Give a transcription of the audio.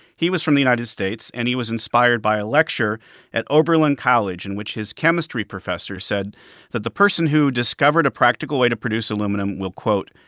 he was from the united states. and he was inspired by a lecture at oberlin college in which his chemistry professor said that the person who discovered a practical way to produce aluminum will, quote,